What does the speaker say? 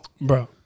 Bro